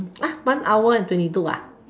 !huh! one hour and twenty two